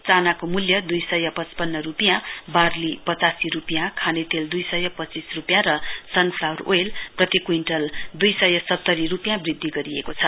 चान्नाको मूल्य दुई सय पचपन्न रुपियाँ बान्ली पचासी रूपियाँ खाने तेल दुई सय पञ्चीस रुपियाँ र सन फ्लावर ओयल प्रति कुइन्टल दुई सय सत्तरी रुपियाँ वृद्धि गरिएको छ